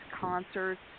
concerts